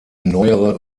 neuere